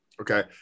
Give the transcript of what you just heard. Okay